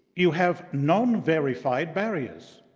you have non-verified barriers?